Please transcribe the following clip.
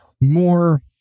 more